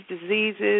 diseases